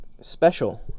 special